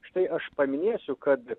štai aš paminėsiu kad